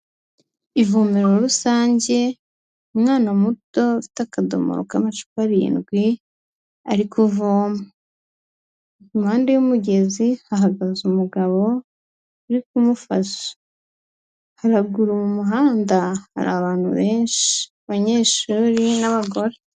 Ivomero rusange, umwana muto ufite akadomoro k'amacupa arindwi ari kuvoma, impande y'umugezi hahagaze umugabo uri kumufasha, haruguru mu muhanda hari abantu benshi, abanyeshuri n'abagore.